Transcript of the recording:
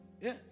yes